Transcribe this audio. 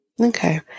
okay